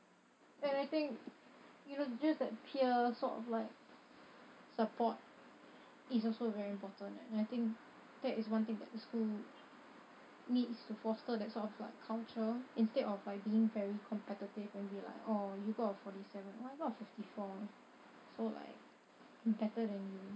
and I think you know just that peer sort of like support is also very important and I think that is one thing that the school needs to foster that sort of like culture instead of like being very competitive and be like !aww! you got a forty seven oh I got a fifty four so like I'm better than you